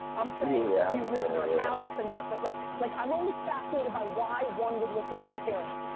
i'm saying, do you live in their house and you have to. like like i'm always fascinated by why one would listen to their parents.